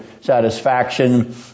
satisfaction